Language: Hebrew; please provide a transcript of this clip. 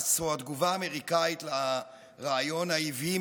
היחס או התגובה האמריקאית לרעיון העוועים